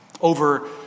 over